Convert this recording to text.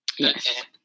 Yes